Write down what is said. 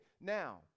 Now